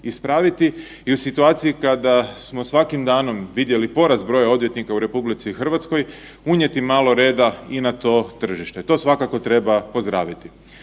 ispraviti i u situaciji kada smo svakim danom vidjeli porast broja odvjetnika u RH unijeti malo reda i na to tržište. To svakako treba pozdraviti.